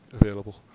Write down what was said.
available